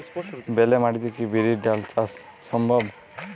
বেলে মাটিতে কি বিরির ডাল চাষ সম্ভব?